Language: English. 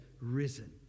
risen